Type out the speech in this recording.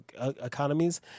economies